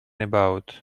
about